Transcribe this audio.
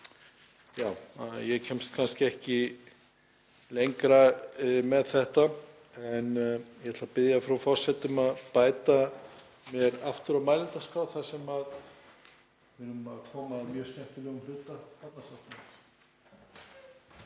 Ég kemst kannski ekki lengra með þetta en ég ætla að biðja frú forseta um að bæta mér aftur á mælendaskrá þar sem við erum að koma að mjög skemmtilegum hluta